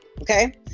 Okay